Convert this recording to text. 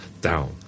down